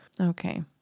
Okay